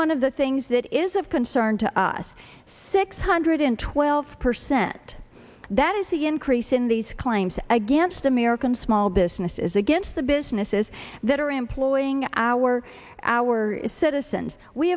one of the things that is of concern to us six hundred twelve percent that is the increase in these claims against american small businesses against the businesses that are employing our our citizens we